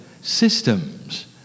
Systems